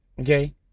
okay